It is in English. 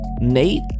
Nate